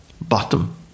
bottom